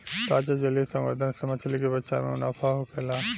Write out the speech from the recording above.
ताजा जलीय संवर्धन से मछली के व्यवसाय में मुनाफा होखेला